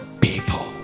people